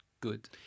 good